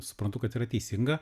suprantu kad yra teisinga